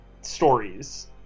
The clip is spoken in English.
stories